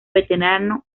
veterano